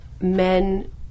men